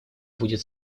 будет